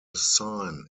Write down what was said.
sign